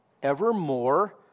evermore